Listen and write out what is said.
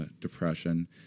depression